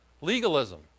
Legalism